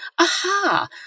aha